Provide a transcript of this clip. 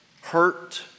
hurt